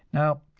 now,